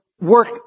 work